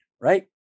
right